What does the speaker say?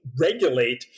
regulate